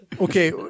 Okay